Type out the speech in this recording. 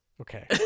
Okay